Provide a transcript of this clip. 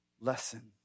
lesson